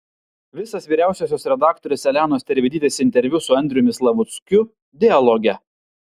visas vyriausiosios redaktorės elenos tervidytės interviu su andriumi slavuckiu dialoge